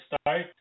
start